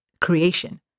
creation